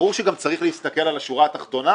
ברור שגם צריך להסתכל על השורה התחתונה,